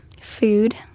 food